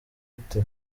ate